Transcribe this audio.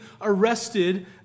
arrested